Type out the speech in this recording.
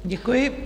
Děkuji.